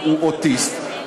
הוא אוטיסט,